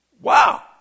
Wow